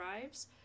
arrives